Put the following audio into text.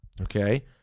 Okay